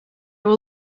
were